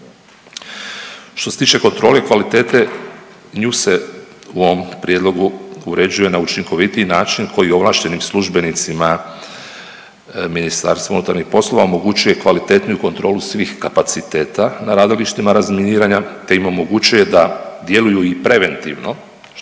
Što se tiče kontrole kvalitete nju se u ovom prijedlogu uređuje na učinkovitiji način koji ovlaštenim službenicima MUP-a omogućuje kvalitetniju kontrolu svih kapaciteta na radilištima razminiranja te im omogućuje da djeluju i preventivno